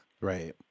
Right